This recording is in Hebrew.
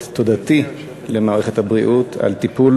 את תודתי למערכת הבריאות על טיפול